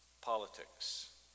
politics